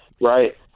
right